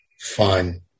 Fun